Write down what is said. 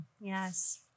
yes